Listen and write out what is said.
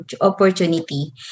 opportunity